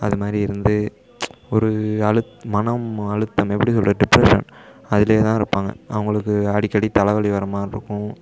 அது மாதிரி இருந்து ஒரு அழுத் மனம் அழுத்தம் எப்படி சொல்கிறது டிப்ரஷன் அதிலே தான் இருப்பாங்கள் அவங்களுக்கு அடிக்கடி தலைவலி வரமாதிரி இருக்கும்